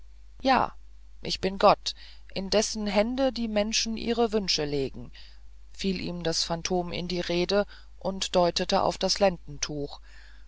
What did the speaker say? ja ich bin der gott in dessen hände die menschen ihre wünsche legen fiel ihm das phantom in die rede und deutete auf das lendentuch